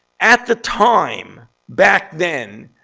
at the time back then,